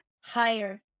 higher